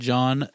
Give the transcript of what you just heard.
John